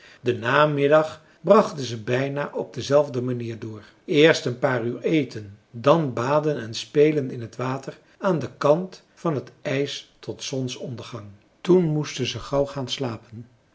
den namiddag brachten ze bijna op dezelfde manier door eerst een paar uur eten dan baden en spelen in t water aan den kant van het ijs tot zonsondergang toen moesten ze gauw gaan slapen